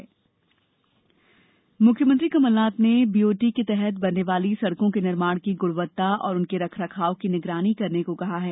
सड़क निर्माण मुख्यमंत्री कमल नाथ ने बीओटी के तहत बनने वाली सड़कों के निर्माण की ग्णवत्ता और उनके रख रखाव की निगरानी रखने को कहा है